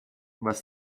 was